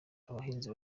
abahinzi